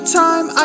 time